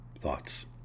thoughts